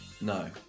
No